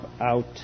out